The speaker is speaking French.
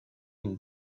une